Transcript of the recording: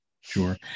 Sure